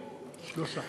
שלושה.